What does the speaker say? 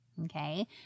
Okay